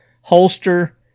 holster